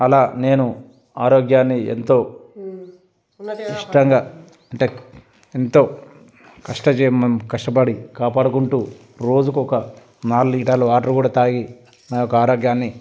అలా నేను ఆరోగ్యాన్ని ఎంతో ఇష్టంగా అంటే ఎంతో కష్ట చే కష్టపడి కాపాడుకుంటూ రోజుకొక ఒక నాలుగు లీటర్లు వాటర్ కూడా తాగి నా యొక్క ఆరోగ్యాన్ని